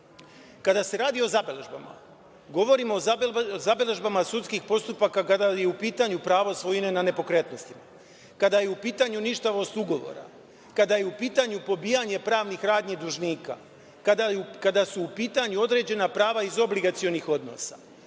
se radi o zabeležbama, govorimo o zabeležbama sudskih postupaka kada je u pitanju pravo svojine na nepokretnosti, kada je u pitanju ništavost ugovora, kada je u pitanju pobijanje pravnih radnji dužnika, kada su u pitanju određena prava iz obligacionih odnosa,